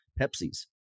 Pepsi's